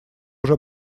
уже